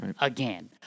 again